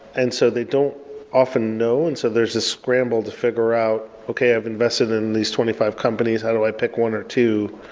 and so they don't often know, and so there's this scramble to figure out, okay. i've invested in these twenty five companies. how do i pick one or two,